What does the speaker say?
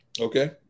Okay